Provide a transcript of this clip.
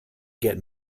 get